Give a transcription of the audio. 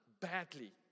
badly